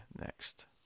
next